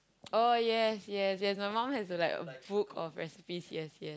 oh yes yes my mum have like a book recipes yes yes